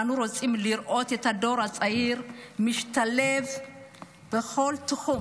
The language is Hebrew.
אנחנו רוצים לראות את הדור הצעיר משתלב בכל תחום.